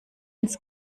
ins